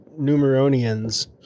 Numeronians